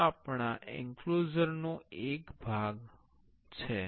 આ આપણા એંક્લોઝર નો એક ભાગ છે